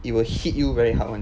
it will hit you very hard [one]